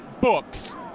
books